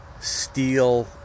steel